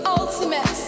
ultimate